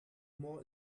more